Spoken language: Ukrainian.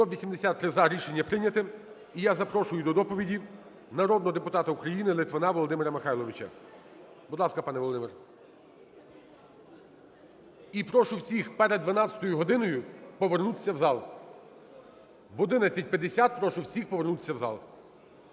За-183 Рішення прийняте. І я запрошую до доповіді народного депутата України Литвина Володимира Михайловича. Будь ласка, пане Володимир. І прошу всіх перед 12 годиною повернутися в зал. О 11:50 прошу всіх повернутися в зал.